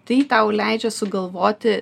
tai tau leidžia sugalvoti